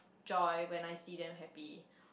joy when I see them happy